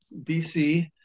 BC